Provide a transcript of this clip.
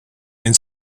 and